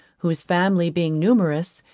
whose family being numerous,